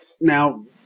Now